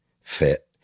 fit